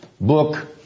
book